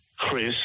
Chris